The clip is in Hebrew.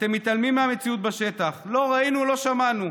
אתם מתעלמים מהמציאות בשטח, לא ראינו, לא שמענו.